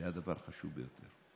זה היה דבר חשוב ביותר.